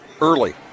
early